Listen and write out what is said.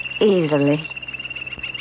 Easily